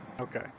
Okay